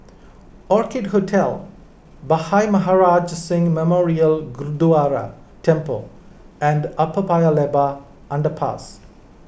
Orchid Hotel Bhai Maharaj Singh Memorial Gurdwara Temple and Upper Paya Lebar Underpass